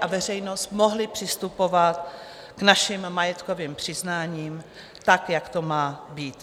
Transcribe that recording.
a veřejnost mohli přistupovat k našim majetkovým přiznáním tak, jak to má být.